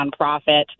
nonprofit